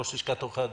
ראש לשכת עורכי הדין,